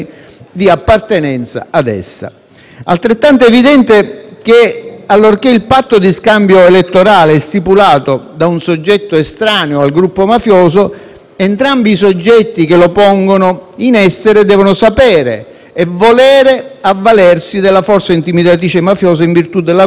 altrettanto evidente che, allorché il patto di scambio elettorale è stipulato da un soggetto estraneo al gruppo mafioso, entrambi i soggetti che lo pongono in essere devono sapere e volere avvalersi della forza intimidatrice mafiosa in virtù della quale quel voto è richiesto e/o ottenuto.